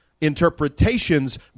Interpretations